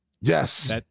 yes